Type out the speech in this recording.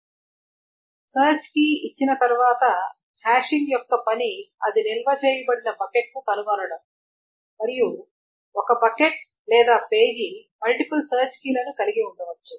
కాబట్టి search key ఇచ్చిన తర్వాత హ్యాషింగ్ యొక్క పని అది నిల్వ చేయబడిన బకెట్ను కనుగొనడం మరియు ఒక బకెట్ లేదా పేజీ మల్టీపుల్ సెర్చ్ కీలను కలిగి ఉండొచ్చు